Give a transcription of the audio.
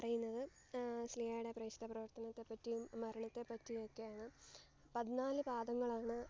പറയുന്നത് ശ്ലീഹായുടെ പരിശുദ്ധ പ്രവർത്തനത്തെപ്പറ്റിയും മരണത്തെപ്പറ്റിയും ഒക്കെയാണ് പതിനാല് പാദങ്ങളാണ്